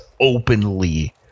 openly